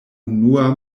unua